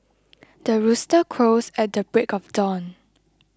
the rooster crows at the break of dawn